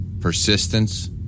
persistence